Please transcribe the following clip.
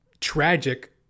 tragic